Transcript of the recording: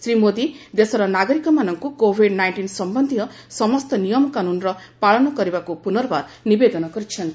ଶ୍ରୀ ମୋଦୀ ଦେଶର ନାଗରିକମାନଙ୍କୁ COVID nineteen ସମ୍ଭନ୍ଧୀୟ ସମସ୍ତ ନିୟମକାନୁନ୍ର ପାଳନ କରିବାକୁ ପୁନର୍ବାର ନିବେଦନ କରିଚ୍ଛନ୍ତି